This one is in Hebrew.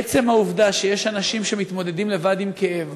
עצם העובדה שיש אנשים שמתמודדים לבד עם כאב,